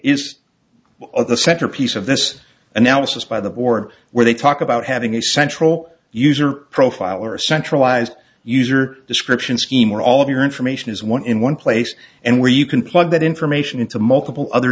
is the centerpiece of this analysis by the board where they talk about having a central user profile or a centralized user description scheme where all of your information is one in one place and where you can plug that information into multiple other